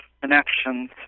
connections